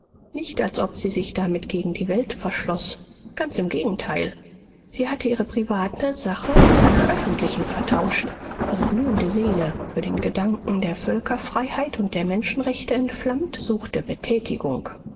nicht als ob sie sich damit gegen die welt verschloß ganz im gegenteil sie hatte ihre private sache mit einer öffentlichen vertauscht ihre glühende seele für den gedanken der völkerfreiheit und der menschenrechte entflammt suchte betätigung